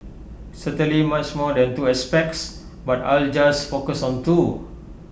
certainly much more than two aspects but I'll just focus on two